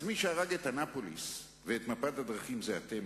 אז מי שהרג את אנאפוליס ואת מפת הדרכים זה אתם,